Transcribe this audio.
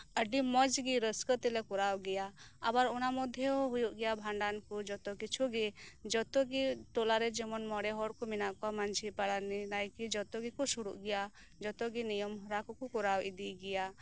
ᱟᱹᱰᱤ ᱢᱚᱸᱡᱜᱮ ᱨᱟᱹᱥᱠᱟᱹ ᱛᱮᱞᱮ ᱠᱚᱨᱟᱣ ᱜᱮᱭᱟ ᱟᱵᱟᱨ ᱚᱱᱟ ᱢᱚᱫᱽᱫᱷᱮ ᱦᱚᱸ ᱦᱩᱭᱩᱜ ᱜᱮᱭᱟ ᱡᱚᱛᱚ ᱠᱤᱪᱷᱩ ᱜᱮ ᱴᱚᱞᱟᱨᱮ ᱡᱮᱢᱚᱱ ᱦᱚᱲ ᱠᱚ ᱢᱮᱱᱟᱜ ᱠᱚᱣᱟ ᱢᱟᱹᱡᱷᱤ ᱯᱟᱨᱟᱱᱤᱠ ᱱᱟᱭᱠᱮ ᱡᱚᱛᱚ ᱜᱮᱠᱚ ᱥᱩᱨᱩᱜᱼᱟ ᱡᱚᱛᱚ ᱜᱮ ᱱᱤᱭᱚᱢ ᱦᱚᱨᱟ ᱠᱚᱠᱚ ᱠᱚᱨᱟᱣ ᱤᱫᱤ ᱜᱮᱭᱟ